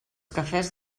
cafès